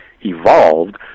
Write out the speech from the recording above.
evolved